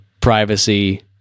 privacy